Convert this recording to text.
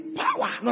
power